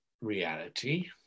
reality